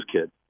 kid